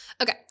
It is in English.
Okay